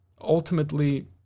ultimately